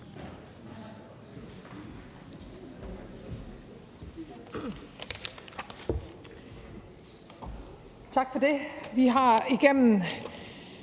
Tak for det. Vi har igennem